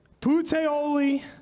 Puteoli